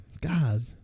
God